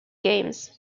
games